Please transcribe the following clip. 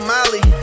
Molly